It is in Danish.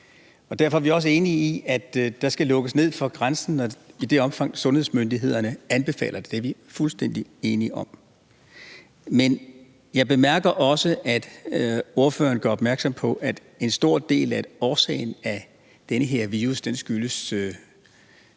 Derfor er vi også enige i, at der skal lukkes ned for grænsen i det omfang, sundhedsmyndighederne anbefaler det. Det er vi fuldstændig enige om. Men jeg bemærker også, at ordføreren gør opmærksom på, at en stor del af årsagen til den her virus er,